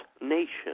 nation